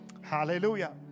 Hallelujah